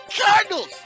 Cardinals